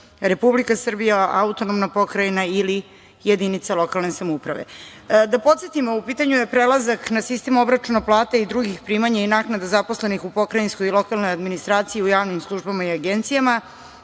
Republika Srbija, AP ili jedinica lokalne samouprave. Da podsetim, u pitanju je prelazak na sistem obračuna plata i drugih primanja i naknada zaposlenih u pokrajinskoj i lokalnoj administraciji u javnim službama i agencijama